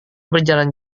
berjalan